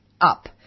up